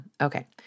Okay